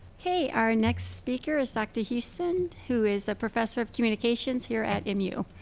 hey, our next speaker is dr. houston who is a professor of communications here at mu.